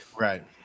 right